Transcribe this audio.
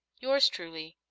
yours truly,